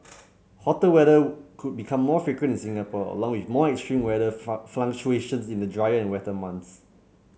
hotter weather could become more frequent in Singapore along with more extreme weather fluctuations in the drier and wetter months